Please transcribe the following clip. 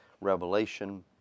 Revelation